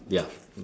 ya